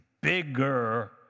bigger